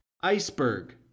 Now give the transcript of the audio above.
Iceberg